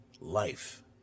life